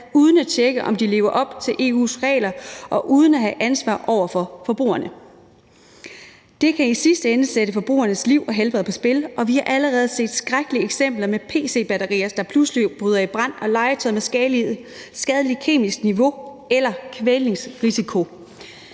uden at tjekke, om de lever op til EU's regler, og uden at have ansvar over for forbrugerne. Det kan i sidste ende sætte forbrugernes liv og helbred på spil, og vi har allerede set skrækkelige eksempler med pc-batterier, der pludselig bryder i brand, og legetøj med et skadeligt kemisk niveau eller kvælningsrisiko.